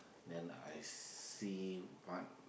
then I see what